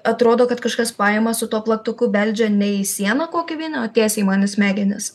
atrodo kad kažkas pajima su tuo plaktuku beldžia ne į sieną kokį vinį o tiesiai man į smegenis